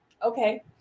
Okay